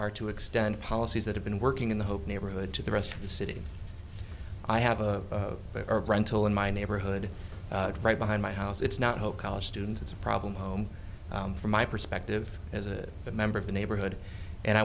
are to extend policies that have been working in the hope neighborhood to the rest of the city i have of the earth rental in my neighborhood right behind my house it's not hope college student it's a problem home from my perspective as a member of the neighborhood and i